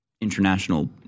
international